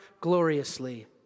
gloriously